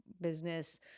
business